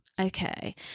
Okay